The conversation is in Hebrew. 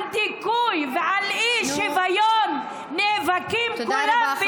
על דיכוי ועל אי-שוויון נאבקים כולם יחד,